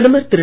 பிரதமர் திரு